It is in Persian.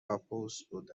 ﺍﺧﺘﺎﭘﻮﺱ